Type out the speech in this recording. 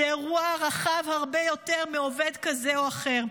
זה אירוע רחב הרבה יותר מעובד כזה או אחר.